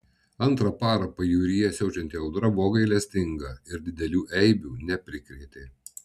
antrą parą pajūryje siaučianti audra buvo gailestinga ir didelių eibių neprikrėtė